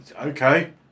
okay